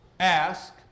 Ask